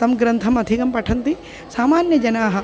तं ग्रन्थम् अधिकं पठन्ति सामान्य जनाः